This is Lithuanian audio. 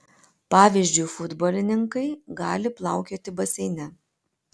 pavyzdžiui futbolininkai gali plaukioti baseine